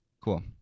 Cool